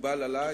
מקובל עלי.